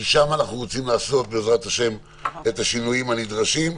כי שם אנחנו רוצים לעשות בעזרת השם את השינויים הנדרשים,